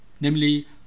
namely